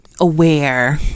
aware